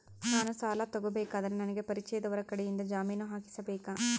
ನಾನು ಸಾಲ ತಗೋಬೇಕಾದರೆ ನನಗ ಪರಿಚಯದವರ ಕಡೆಯಿಂದ ಜಾಮೇನು ಹಾಕಿಸಬೇಕಾ?